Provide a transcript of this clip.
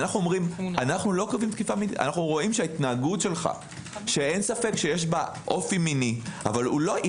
אנחנו אומרים שההתנהגות שלך שאין ספק שיש בה אופי מיני אבל היא